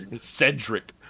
Cedric